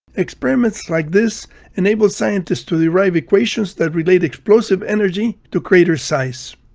experiments like this enabled scientists to derive equations that relate explosive energy to crater size.